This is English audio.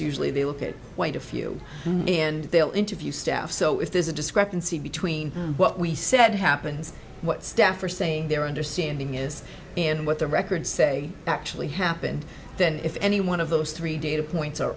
usually they look at quite a few and they'll interview staff so if there's a discrepancy between what we said happens what staff are saying their understanding is and what the records say actually happened then if any one of those three data points are